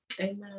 Amen